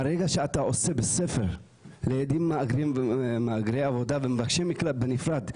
ברגע שאתה עושה בית ספר לילדים למהגרי עבודה ומבקשי מקלט בנפרד,